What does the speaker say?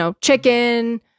chicken